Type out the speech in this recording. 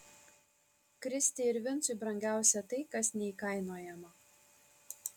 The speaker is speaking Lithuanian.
kristei ir vincui brangiausia tai kas neįkainojama